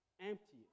empty